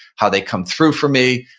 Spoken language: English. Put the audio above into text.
how they come through for me,